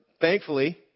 thankfully